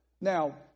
Now